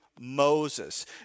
Moses